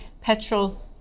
petrol